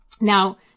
Now